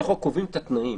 אנחנו קובעים את התנאים.